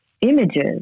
images